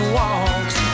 walks